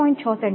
6 સે